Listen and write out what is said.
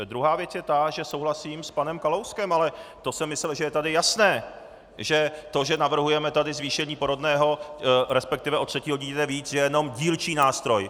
Druhá věc je ta, že souhlasím s panem Kalouskem, ale to jsem myslel, že je tady jasné, že to, že tady navrhujeme zvýšení porodného, resp. od třetího dítěte víc, je jenom dílčí nástroj.